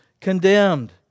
condemned